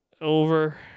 Over